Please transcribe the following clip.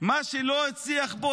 מה שלא הצליח פה